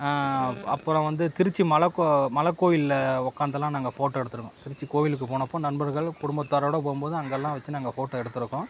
அப்புறம் வந்து திருச்சி மலை கோ மலை கோயில்ல உட்காந்துலாம் நாங்கள் ஃபோட்டோ எடுத்துருக்கோம் திருச்சி கோவிலுக்கு போனப்போ நண்பர்கள் குடும்பத்தாரோடய போகும்போது அங்கலாம் வச்சு நாங்கள் ஃபோட்டோ எடுத்துருக்கோம்